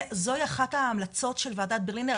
זוהי אחת ההמלצות של וועדת ברלינר,